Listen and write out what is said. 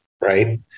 right